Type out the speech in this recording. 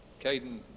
Caden